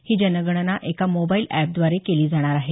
ही जनगणना एका mobile app द्वारे केली जाणार आहे